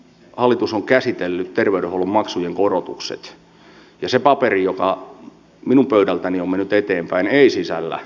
hallitus on käsitellyt terveydenhuollon maksujen korotukset ja se paperi joka minun pöydältäni on mennyt eteenpäin ei sisällä maksukattojen nostoja